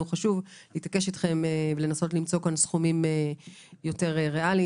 חשוב להתעקש אתכם ולנסות למצוא סכומים יותר ריאליים.